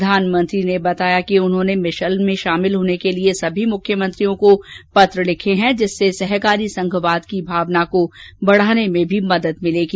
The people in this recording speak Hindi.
प्रधानमंत्री ने बताया कि उन्होंने मिशन में शामिल होने के लिये सभी मुख्यमंत्रियों को पत्र लिखे हैं जिससे सहकारी संघवाद की भावना को बढ़ाने में भी मदद मिलेगी